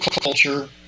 culture